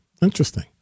Interesting